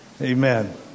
Amen